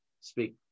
speak